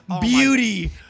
Beauty